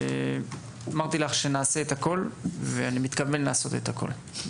אמרתי לך שנעשה הכול ואני מתכוון לעשות הכול.